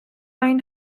این